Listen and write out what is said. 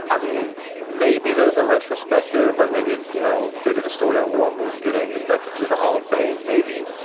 i mean, maybe there's a retrospective, like maybe, you know, they did a story on war moon getting and elected to the hall of fame, maybe,